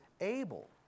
able